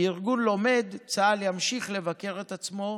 כארגון לומד צה"ל ימשיך לבקר את עצמו,